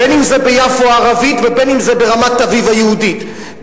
בין שזה ביפו הערבית ובין שזה ברמת-אביב היהודית,